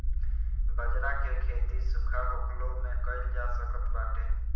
बजरा के खेती सुखा होखलो में कइल जा सकत बाटे